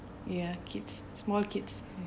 ya kids small kids